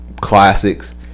classics